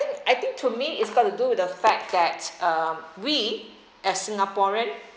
I think to me it's got to do with the fact that uh we as singaporean